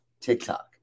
TikTok